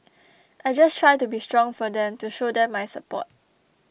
I just try to be strong for them to show them my support